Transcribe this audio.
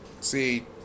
see